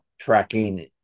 tracking